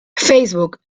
facebook